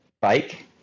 bike